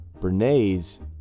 Bernays